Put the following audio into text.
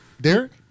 Derek